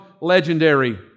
legendary